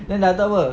then dah tu apa